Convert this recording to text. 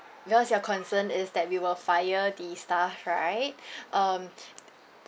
because your concern is that we will fire the staff right um